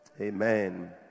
Amen